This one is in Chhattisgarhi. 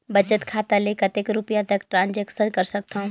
बचत खाता ले कतेक रुपिया तक ट्रांजेक्शन कर सकथव?